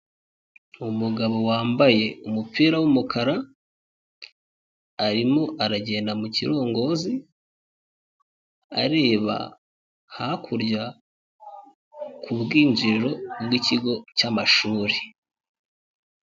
Umugabo wambaye umupira w'umukara arimo aragenda mu kirongozi, areba hakurya ku bwinjiriro bw'ikigo cy'amashuri.